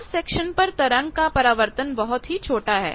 हर section पर तरंग का परावर्तन बहुत ही छोटा है